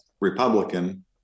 Republican